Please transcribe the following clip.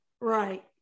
Right